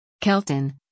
Kelton